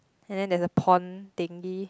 and then there's a pond thingy